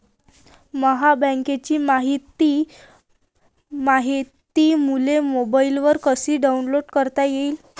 माह्या बँक खात्याची मायती मले मोबाईलवर कसी डाऊनलोड करता येते?